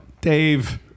Dave